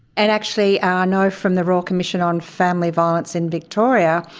and actually i know from the royal commission on family violence in victoria,